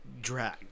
drag